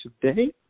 today